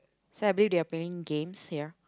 so I believe they are playing games ya